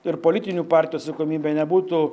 ir politinių partijų atsakomybė nebūtų